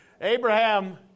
Abraham